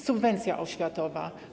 Subwencja oświatowa.